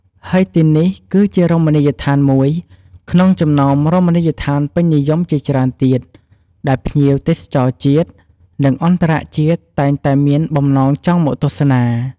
ហើយទីនេះគឺជារមណីដ្ឋានមួយ ក្នុងចំណោម រមណីដ្ឋានពេញនិយមជាច្រើនទៀត ដែលភ្ញៀវ ទេសចរជាតិ និងអន្តរជាតិតែងតែ មានបំណងចង់មកទស្សនា។